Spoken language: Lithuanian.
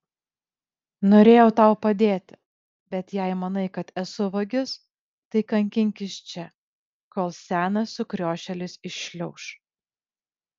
norėjau tau padėti bet jei manai kad esu vagis tai kankinkis čia kol senas sukriošėlis iššliauš